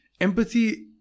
empathy